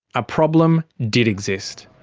a problem did exist.